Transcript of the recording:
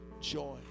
joy